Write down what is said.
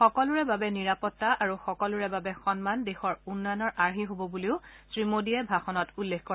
সকলোৰে বাবে নিৰাপত্তা আৰু সকলোৰে বাবে সন্মান দেশৰ উন্নয়নৰ আৰ্হি হ'ব বুলিও শ্ৰী মোদীয়ে ভাষণত উল্লেখ কৰে